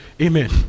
Amen